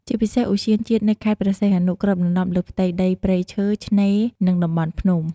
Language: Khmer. ជាពិសេស ឧទ្យានជាតិនៅខេត្តព្រះសីហនុ គ្របដណ្តប់លើផ្ទៃដីព្រៃឈើ ឆ្នេរ និងតំបន់ភ្នំ។